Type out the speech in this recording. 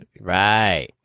Right